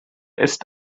ist